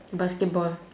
basketball